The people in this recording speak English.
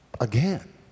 again